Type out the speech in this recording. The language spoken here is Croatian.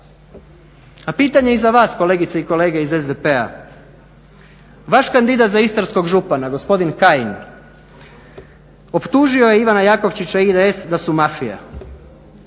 A pitanje i za vas kolegice i kolege iz SDP-a vaš kandidat za istarskog župana gospodine Kajin optužio je Ivana Jakovčića i IDS da su mafija.